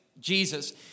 Jesus